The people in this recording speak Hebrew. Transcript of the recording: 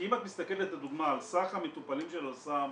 כי אם את מסתכלת לדוגמא על סך המטופלים של "אל סם"